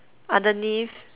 underneath